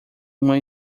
uma